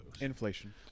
Inflation